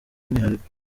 umwihariko